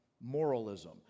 Moralism